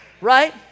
Right